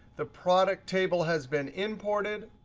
the product table has been imported.